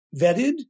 vetted